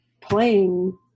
playing